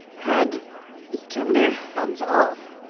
had eaten their heads off,